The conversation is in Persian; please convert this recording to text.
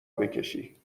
بکشی